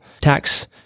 tax